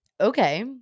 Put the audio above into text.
Okay